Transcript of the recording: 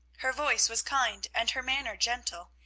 her voice was kind, and her manner gentle.